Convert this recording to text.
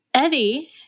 Evie